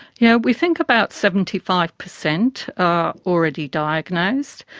yeah we think about seventy five percent are already diagnosed.